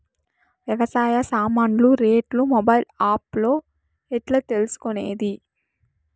వ్యవసాయ సామాన్లు రేట్లు మొబైల్ ఆప్ లో ఎట్లా తెలుసుకునేది?